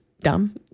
dumb